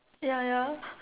ya ya